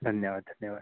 धन्यवाद धन्यवाद